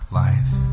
life